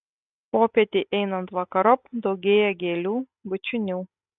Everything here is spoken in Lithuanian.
popietei einant vakarop daugėja gėlių bučinių